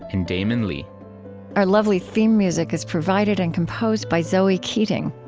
and damon lee our lovely theme music is provided and composed by zoe keating.